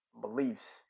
beliefs